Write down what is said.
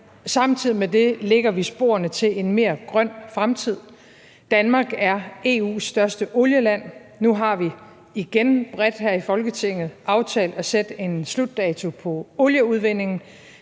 Samtidig med det lægger vi sporene til en mere grøn fremtid. Danmark er EU's største olieland, og nu har vi igen bredt her i Folketinget aftalt at sætte en slutdato på olieudvindingen.